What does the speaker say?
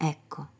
Ecco